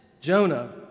Jonah